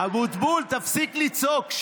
אבוטבול, תפסיק לצעוק.